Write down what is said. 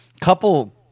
couple